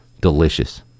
Delicious